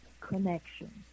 connection